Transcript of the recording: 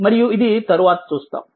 మరియు ఇది తరువాత చూస్తాము